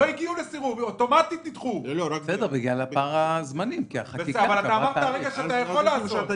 בגלל פער הזמנים כי החקיקה --- אתה אמרת הרגע שאתה יכול לעזור.